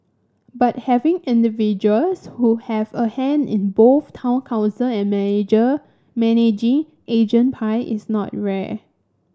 but having individuals who have a hand in both town council and manager managing agent pie is not rare